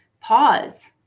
pause